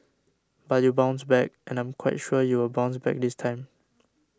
but you bounced back and I'm quite sure you will bounce back this time